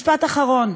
משפט אחרון,